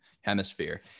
hemisphere